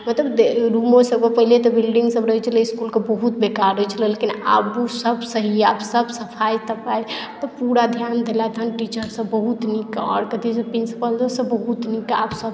मतलब रूमोसभ पहिने तऽ बिल्डिंगसभ रहैत छलै इस्कुलके बहुत बेकार रहैत छलै लेकिन आब सभ सही यए सभ सफाइ तफाइपर पूरा ध्यान देलथि हन टीचरसभ बहुत नीक आओर कथी कहैत छै प्रिंसिपलोसभ बहुत नीक आब सभ